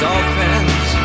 Dolphins